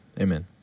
amen